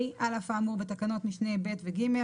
על אף האמור בתקנות משנה ב' ו-ג',